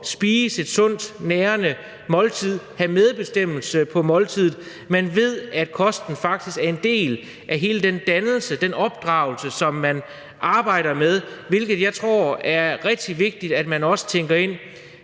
spise et sundt, nærende måltid, have medbestemmelse i forhold til måltidet. Man ved, at kosten faktisk er en del af hele den dannelse, den opdragelse, som man arbejder med, hvilket jeg tror er rigtig vigtigt at man også tænker ind.